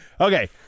okay